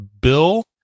bill